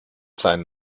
seinen